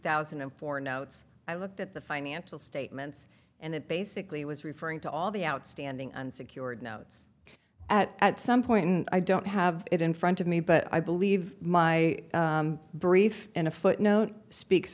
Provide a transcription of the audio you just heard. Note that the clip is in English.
thousand and four notes i looked at the financial statements and it basically was referring to all the outstanding unsecured notes at at some point and i don't have it in front of me but i believe my brief in a footnote speaks